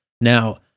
Now